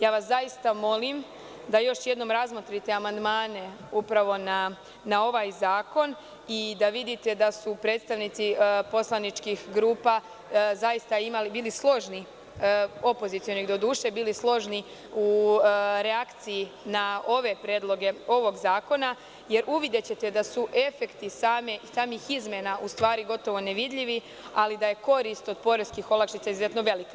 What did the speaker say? Ja vas zaista molim da još jednom razmotrite amandmane upravo na ovaj zakon i da vidite da su predstavnici poslaničkih grupa zaista bili složni, doduše opozicionih, u reakciji na ove predloge ovog zakona, jer, uvidećete da su efekti samih izmena u stvari gotovo nevidljivi, ali da je korist od poreskih olakšica izuzetno velika.